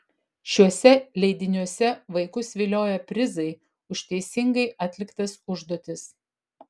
šiuose leidiniuose vaikus vilioja prizai už teisingai atliktas užduotis